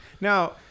Now